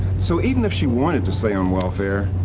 so even if she wanted to stay on welfare,